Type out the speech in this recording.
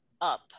up